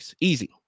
Easy